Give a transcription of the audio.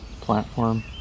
platform